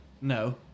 No